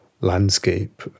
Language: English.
landscape